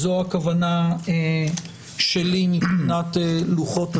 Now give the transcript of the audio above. זו הכוונה שלי מבחינת לוחות הזמנים.